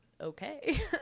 okay